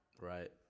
Right